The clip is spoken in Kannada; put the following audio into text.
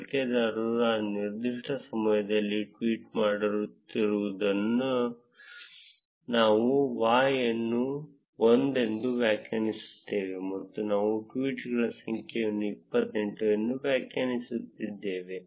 ಬಳಕೆದಾರರು ಆ ನಿರ್ದಿಷ್ಟ ಸಮಯದಲ್ಲಿ ಟ್ವೀಟ್ ಮಾಡುತ್ತಿರುವುದರಿಂದ ನಾವು Y ಅನ್ನು 1 ಎಂದು ವ್ಯಾಖ್ಯಾನಿಸುತ್ತೇವೆ ಮತ್ತು ನಾವು ಟ್ವೀಟ್ಗಳ ಸಂಖ್ಯೆಯನ್ನು 28 ಎಂದು ವ್ಯಾಖ್ಯಾನಿಸುತ್ತೇವೆ